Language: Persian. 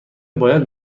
باید